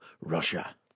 Russia